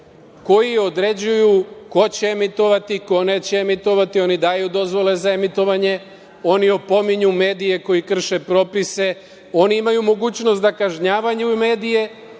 koji određuju ko će emitovati, ko neće emitovati, oni daju dozvole za emitovanje, oni opominju medije koji krše propise, oni imaju mogućnost da kažnjavaju medije,